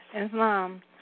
Islam